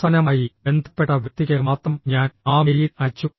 അവസാനമായി ബന്ധപ്പെട്ട വ്യക്തിക്ക് മാത്രം ഞാൻ ആ മെയിൽ അയച്ചു